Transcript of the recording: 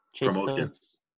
promotions